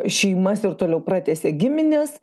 šeimas ir toliau pratęsė gimines